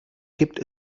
gibt